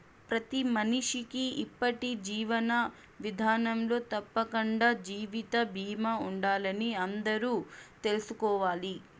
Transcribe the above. ప్రతి మనిషికీ ఇప్పటి జీవన విదానంలో తప్పకండా జీవిత బీమా ఉండాలని అందరూ తెల్సుకోవాలి